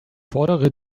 fordere